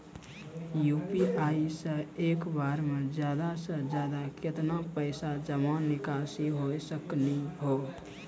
UPI से एक बार मे ज्यादा से ज्यादा केतना पैसा जमा निकासी हो सकनी हो?